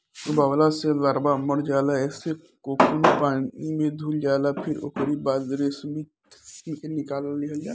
उबालला से लार्वा मर जाला जेसे कोकून पानी में घुल जाला फिर ओकरी बाद रेशम के निकाल लिहल जाला